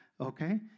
Okay